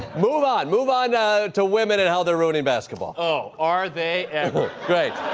move on. move on to women and how they're ruining basketball. oh, are they ever. great.